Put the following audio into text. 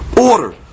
order